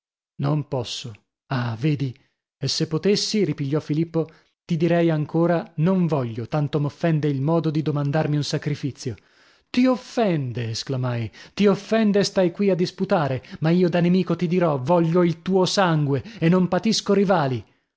non posso ah vedi e se potessi ripigliò filippo ti direi ancora non voglio tanto m'offende il modo di domandarmi un sacrifizio ti offende esclamai ti offende e stai qui a disputare ma io da nemico ti dirò voglio il tuo sangue e non patisco rivali